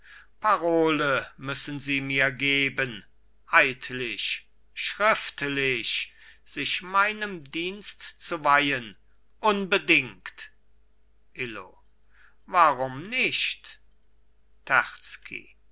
parole müssen sie mir geben eidlich schriftlich sich meinem dienst zu weihen unbedingt illo warum nicht